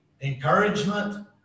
encouragement